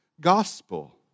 gospel